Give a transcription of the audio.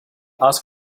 ask